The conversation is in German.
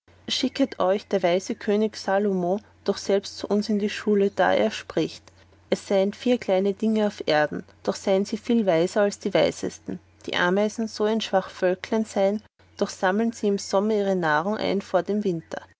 schickt euch der weise könig salomo doch selbst zu uns in die schule da er spricht es seind vier kleine dinge auf erden doch sein sie viel weiser als die weisesten die ameisen so ein schwach völklein sein doch sammlen sie im sommer ihre nahrung ein vor den winter